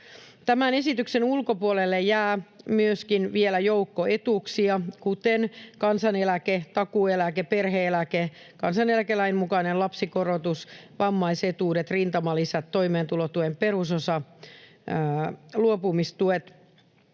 Tämän esityksen ulkopuolelle jää vielä myöskin joukko etuuksia, kuten kansaneläke, takuueläke, perhe-eläke, kansaneläkelain mukainen lapsikorotus, vammaisetuudet, rintamalisät, toimeentulotuen perusosa, luopumistuen